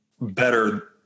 better